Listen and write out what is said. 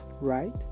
right